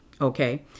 Okay